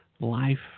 Life